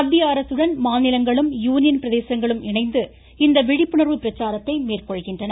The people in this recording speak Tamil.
மத்திய அரசுடன் மாநிலங்களும் யூனியன் பிரதேசங்களும் இணைந்து இந்த விழிப்புணர்வு பிரச்சாரத்தை மேற்கொள்கின்றன